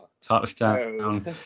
touchdown